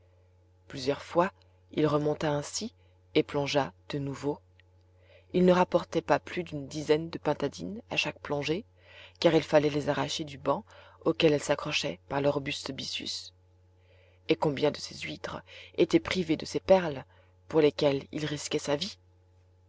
plusieurs fois il remonta ainsi et plongea de nouveau il ne rapportai pas plus d'une dizaine de pintadines à chaque plongée car il fallait les arracher du banc auquel elles s'accrochaient par leur robuste byssus et combien de ces huîtres étaient privées de ces perles pour lesquelles il risquait sa vie